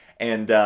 and